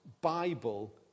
Bible